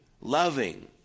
loving